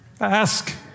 Ask